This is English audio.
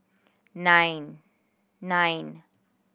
nine nine